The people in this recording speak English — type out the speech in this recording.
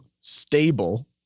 stable